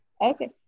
Okay